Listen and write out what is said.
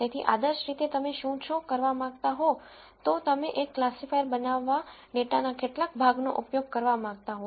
તેથી આદર્શ રીતે તમે શું છો કરવા માંગતા હો તો તમે એક ક્લાસિફાયર બનાવવા ડેટાના કેટલાક ભાગનો ઉપયોગ કરવા માંગતા હો